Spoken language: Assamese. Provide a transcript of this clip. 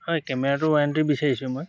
হয় কেমেৰাটো ৱাৰেণ্টি বিচাৰিছোঁ মই